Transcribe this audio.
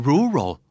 Rural